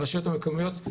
הרשויות המקומיות,